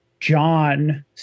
John